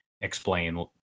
explain